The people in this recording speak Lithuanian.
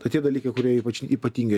tai tie dalykai kurie ypač ypatingai